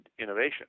innovation